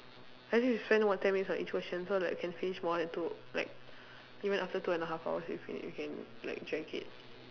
as in you spend about ten minutes on each question so that we can finish more than two like even after two and half hours if you you can like drag it